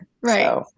Right